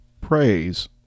praise